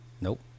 Nope